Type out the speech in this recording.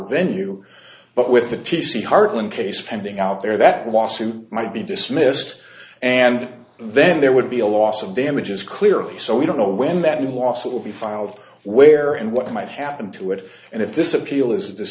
venue but with the t c hartland case pending out there that lawsuit might be dismissed and then there would be a loss of damages clearly so we don't know when that new lawsuit will be filed where and what might happen to it and if this appeal is this